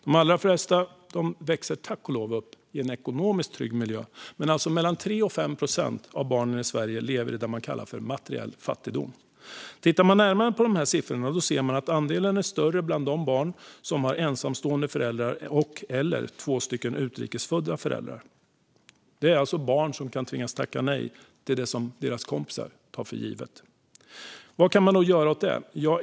De allra flesta växer tack och lov upp i en ekonomiskt trygg miljö. Men 3-5 procent av barnen i Sverige lever i det man kallar för materiell fattigdom. Tittar man närmare på siffrorna ser man att andelen är större bland de barn som har ensamstående föräldrar eller två utrikes födda föräldrar. Det är alltså barn som kan tvingas tacka nej till det som deras kompisar tar för givet. Vad kan man då göra åt det?